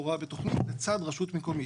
לצד רשות מקומית.